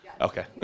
Okay